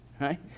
right